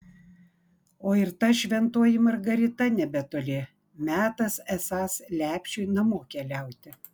o ir ta šventoji margarita nebetoli metas esąs lepšiui namo keliauti